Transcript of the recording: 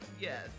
Yes